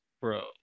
bro